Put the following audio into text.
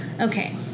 Okay